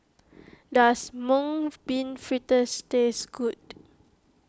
does Mung Bean Fritters taste good